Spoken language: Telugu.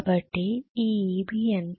కాబట్టి ఈ Eb ఎంత